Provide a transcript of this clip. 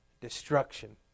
destruction